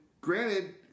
granted